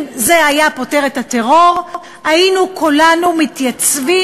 אם זה היה פותר את הטרור היינו כולנו מתייצבים